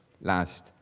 last